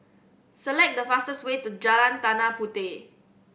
select the fastest way to Jalan Tanah Puteh